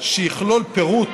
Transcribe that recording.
שיכלול פירוט